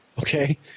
Okay